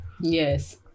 Yes